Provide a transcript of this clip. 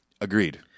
Agreed